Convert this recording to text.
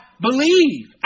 believe